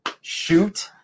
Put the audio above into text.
shoot